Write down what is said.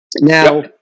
Now